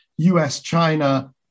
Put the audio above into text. US-China